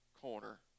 corner